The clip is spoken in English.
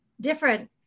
different